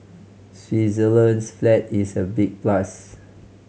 Switzerland's flag is a big plus